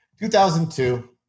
2002